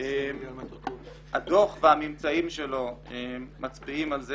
הדוח והממצאים שלו מצביעים על כך